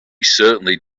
certainly